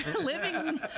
living